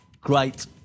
great